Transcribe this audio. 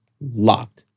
locked